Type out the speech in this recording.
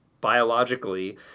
biologically